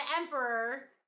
emperor